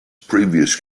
previous